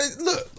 Look